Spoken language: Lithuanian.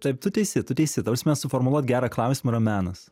taip tu teisi tu teisi ta prasme suformuluot gerą klausimą menas